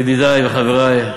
ידידי וחברי,